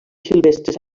silvestres